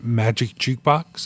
magicjukebox